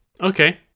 okay